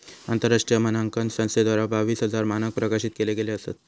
आंतरराष्ट्रीय मानांकन संस्थेद्वारा बावीस हजार मानंक प्रकाशित केले गेले असत